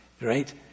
right